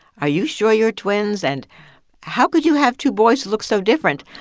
are you sure your twins, and how could you have two boys that look so different?